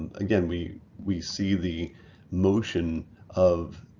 again we we see the motion of,